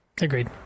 Agreed